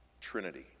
Trinity